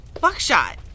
Buckshot